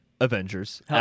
Avengers